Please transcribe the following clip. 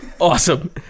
awesome